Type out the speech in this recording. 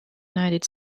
united